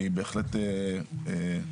היא בהחלט מספקת.